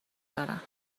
دارم